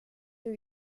two